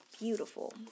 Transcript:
Beautiful